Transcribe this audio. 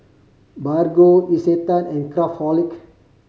Bargo Isetan and Craftholic